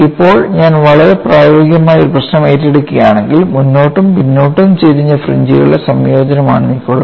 ഇപ്പോൾ ഞാൻ വളരെ പ്രായോഗികമായ ഒരു പ്രശ്നം ഏറ്റെടുക്കുകയാണെങ്കിൽ മുന്നോട്ടും പിന്നോട്ടും ചരിഞ്ഞ ഫ്രിഞ്ച്കളുടെ സംയോജനമാണ് എനിക്കുള്ളത്